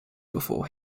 before